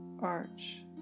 arch